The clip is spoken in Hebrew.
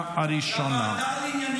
18 בעד, אחד מתנגד.